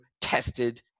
tested –